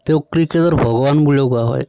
তেওঁক ক্ৰিকেটৰ ভগৱান বুলিও কোৱা হয়